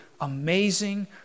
amazing